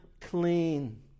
clean